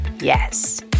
Yes